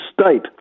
state